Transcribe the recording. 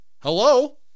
hello